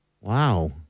Wow